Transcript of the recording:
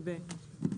כן.